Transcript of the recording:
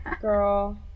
Girl